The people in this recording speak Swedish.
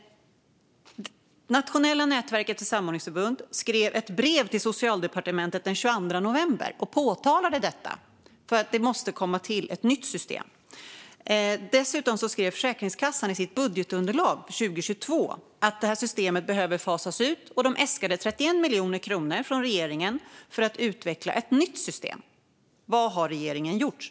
Nationella nätverket för samordningsförbund skrev ett brev till Socialdepartementet den 22 november och påtalade detta och att det måste komma till ett nytt system. Dessutom skrev Försäkringskassan i sitt budgetunderlag 2022 att detta system behöver fasas ut, och de äskade 31 miljoner kronor från regeringen för att utveckla ett nytt system. Vad har regeringen gjort?